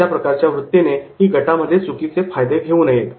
अशा प्रकारच्या वृत्तीने ही गटामध्ये चुकीचे फायदे घेऊ नयेत